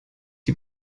die